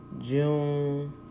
june